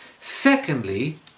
Secondly